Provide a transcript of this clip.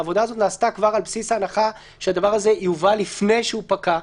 העבודה הזאת נעשתה כבר על בסיס ההנחה שהדבר הזה יובא לפני שהוא פקע,